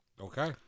Okay